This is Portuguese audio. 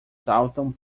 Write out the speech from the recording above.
saltam